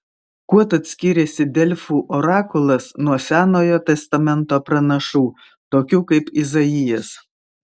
kuo tad skiriasi delfų orakulas nuo senojo testamento pranašų tokių kaip izaijas